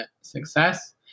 success